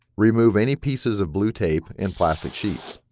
remove any pieces of blue tape and plastic sheets.